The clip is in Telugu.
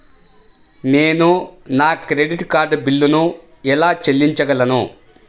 నేను నా క్రెడిట్ కార్డ్ బిల్లును ఎలా చెల్లించగలను?